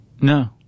No